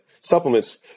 supplements